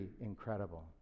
incredible